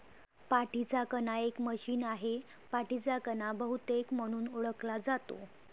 पाठीचा कणा एक मशीन आहे, पाठीचा कणा बहुतेक म्हणून ओळखला जातो